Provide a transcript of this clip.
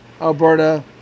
Alberta